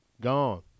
Gone